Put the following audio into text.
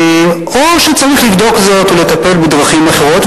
או שצריך לבדוק זאת ולטפל בדרכים אחרות,